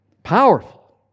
powerful